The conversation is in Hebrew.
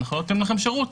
אנחנו לא נותנים לכם שירות.